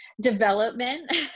Development